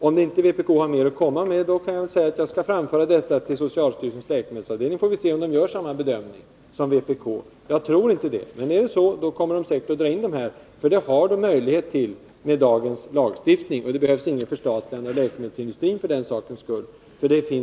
Om inte vpk har mer att komma med, skall jag framföra detta till socialstyrelsens läkemedelsavdelning, så får vi se om dess företrädare gör samma bedömning som vpk. Jag tror inte det, men blir det så, kommer de säkert att dra in dessa medel. Det har de möjlighet till med dagens lagstiftning, och det behövs inget förstatligande av läkemedelsindustrin för den sakens skull.